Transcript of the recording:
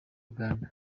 uganda